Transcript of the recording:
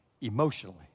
emotionally